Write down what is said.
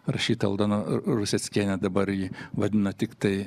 rašytoja aldona ruseckienė dabar jį vadina tiktai